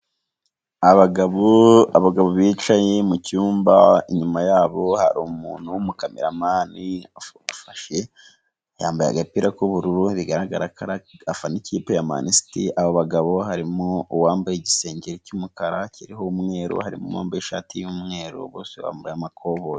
Abagabo, abagabo bicaye mu cyumba, inyuma yabo hari umuntu w'umukameramani bafashe yambaye agapira k'ubururu bigaragara ko ari afana ikipe ya manisiti, abo bagabo harimo uwambaye igisengeri cy'umukara kiriho umweru, harimo uwambaye ishati y'umweru bose bambaye amakoboyi.